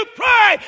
pray